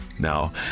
Now